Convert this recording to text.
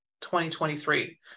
2023